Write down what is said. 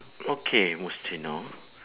okay mustino